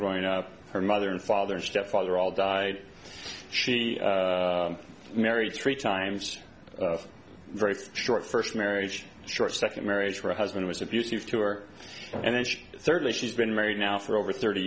growing up her mother and father stepfather all died she married three times very short first marriage short second marriage her husband was abusive to her and then thirdly she's been married now for over thirty